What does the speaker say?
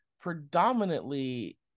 predominantly